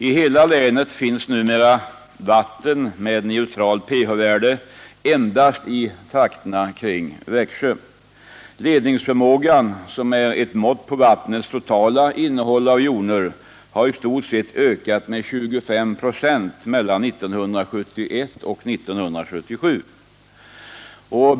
I hela länet finns nu vatten med neutralt pH-värde endast i trakten kring Växjö. Ledningsförmågan, som är ett mått på vattnets totala innehåll av joner, har i stort sett ökat med 25 26 mellan 1971 och 1977.